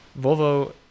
Volvo